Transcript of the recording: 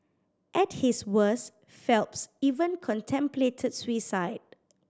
at his worst Phelps even contemplated suicide